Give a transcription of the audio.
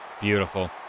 Beautiful